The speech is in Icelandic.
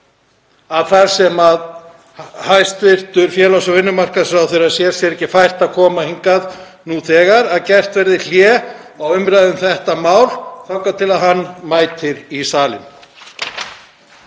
þar sem hæstv. félags- og vinnumarkaðsráðherra sér sér ekki fært að koma hingað nú þegar, að gert verði hlé á umræðu um þetta mál þangað til hann mætir í salinn.